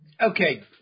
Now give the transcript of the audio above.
Okay